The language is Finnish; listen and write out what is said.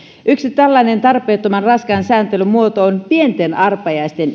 yksi tällainen tarpeettoman raskaan sääntelyn muoto on pienten arpajaisten